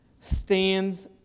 stands